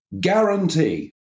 guarantee